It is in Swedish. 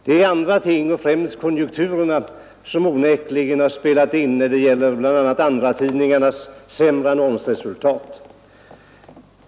Det är andra ting — främst konjunkturerna — som spelat in när det gäller andratidningarnas sämre annonsresultat.